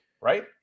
Right